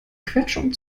quetschungen